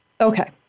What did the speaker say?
Okay